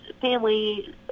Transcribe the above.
family